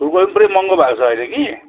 फूलकोपी पुरै महँगो भएको छ अहिले कि